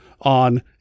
on